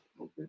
Okay